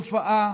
זו תופעה